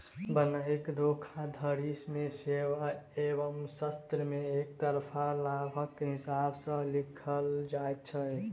बन्हकी धोखाधड़ी मे सेवा एवं शर्त मे एकतरफा लाभक हिसाब सॅ लिखल जाइत छै